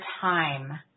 time